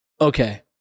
Okay